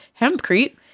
hempcrete